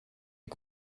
est